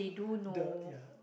the ya